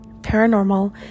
paranormal